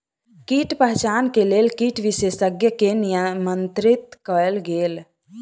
कीट पहचान के लेल कीट विशेषज्ञ के निमंत्रित कयल गेल